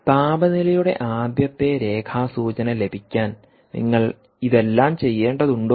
താപനിലയുടെ ആദ്യത്തെ രേഖാ സൂചന ലഭിക്കാൻ നിങ്ങൾ ഇതെല്ലാം ചെയ്യേണ്ടതുണ്ടോ